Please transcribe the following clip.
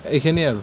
এইখিনিয়ে আৰু